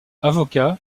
avocat